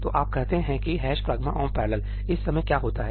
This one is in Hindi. तो आप कहते हैं कि ' pragma omp parallel' इस समय क्या होता है